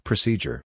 Procedure